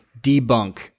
debunk